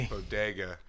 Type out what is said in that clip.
Bodega